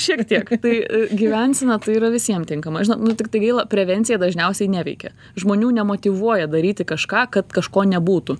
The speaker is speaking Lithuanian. šiek tiek tai i gyvensena tai yra visiem tinkama žinot nu tiktai gaila prevencija dažniausiai neveikia žmonių nemotyvuoja daryti kažką kad kažko nebūtų